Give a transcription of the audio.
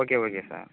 okay okay sir